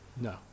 No